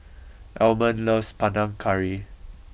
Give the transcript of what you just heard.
Almon loves Panang Curry